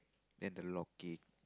and the locket